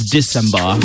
December